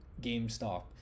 GameStop